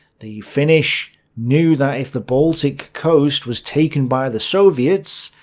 the finnish knew that if the baltic coast was taken by the soviets,